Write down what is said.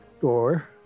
door